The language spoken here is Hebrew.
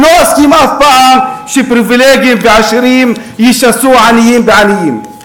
ולא אסכים אף פעם שפריבילגיים ועשירים ישסו עניים בעניים.